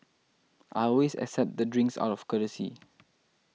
I always accept the drinks out of courtesy